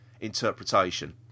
interpretation